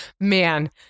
Man